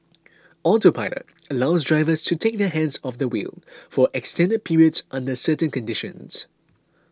autopilot allows drivers to take their hands off the wheel for extended periods under certain conditions